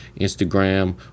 Instagram